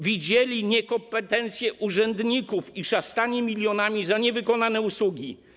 Widzieli niekompetencję urzędników i szastanie milionami za niewykonane usługi.